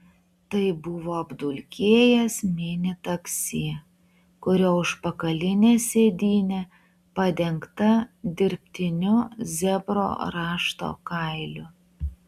tai buvo apdulkėjęs mini taksi kurio užpakalinė sėdynė padengta dirbtiniu zebro rašto kailiu